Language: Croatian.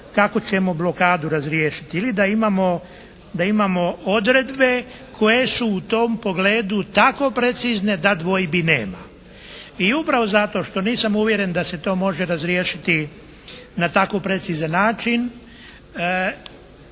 kako ćemo blokadu razriješiti. Ili da imamo odredbe koje su u tom pogledu tako precizne da dvojbi nema. I upravo zato što nisam uvjeren da se to može razriješiti na tako precizan način